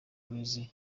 burezi